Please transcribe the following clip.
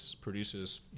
produces